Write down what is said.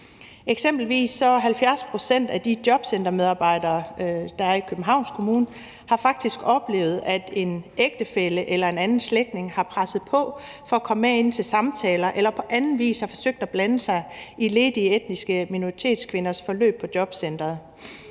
Eksempelvis har 70 pct. af de jobcentermedarbejdere, der er i Københavns Kommune, faktisk oplevet, at en ægtefælle eller en anden slægtning har presset på for at komme med ind til samtaler eller på anden vis har forsøgt at blande sig i ledige etniske minoritetskvinders forløb på jobcenteret.